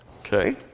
Okay